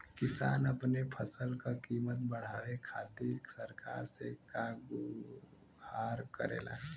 किसान अपने फसल क कीमत बढ़ावे खातिर सरकार से का गुहार करेला?